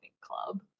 club